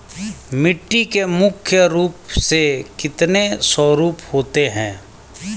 मिट्टी के मुख्य रूप से कितने स्वरूप होते हैं?